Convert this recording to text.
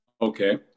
okay